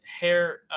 hair